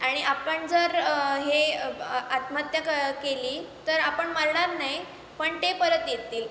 आणि आपण जर हे आत्महत्या क् केली तर आपण मरणार नाही पण ते परत येतील